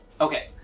Okay